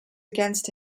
against